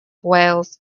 whales